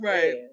Right